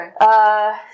Okay